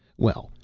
well,